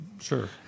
sure